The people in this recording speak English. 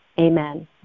Amen